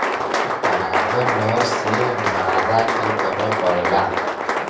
परागन नर से मादा के तरफ बदलला